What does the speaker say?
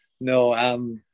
No